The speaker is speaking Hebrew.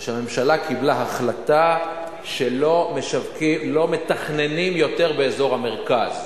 זה שהממשלה קיבלה החלטה שלא מתכננים יותר באזור המרכז.